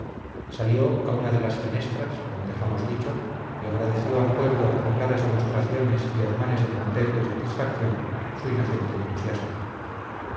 salió a una de las fenestras como dejamos dicho y agradeció al pueblo con claras demostraciones y ademanes de contento y satisfacción su inocente entusiasmo